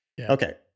Okay